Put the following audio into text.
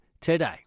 today